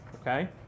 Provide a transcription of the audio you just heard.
Okay